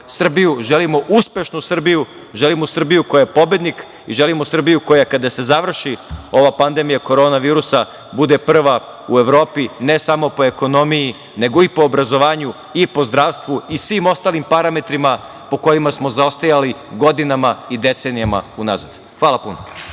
želimo uspešnu Srbiju, želimo Srbiju koja je pobednik i želimo Srbiju koja, kada se završi ova pandemija korona virusa, bude prva u Evropi, ne samo po ekonomiji nego i po obrazovanju i po zdravstvu i svim ostalim parametrima po kojima smo zaostajali godinama i decenijama unazad. Hvala puno.